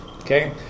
okay